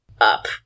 up